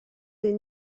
des